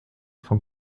von